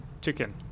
chicken